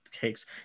Cakes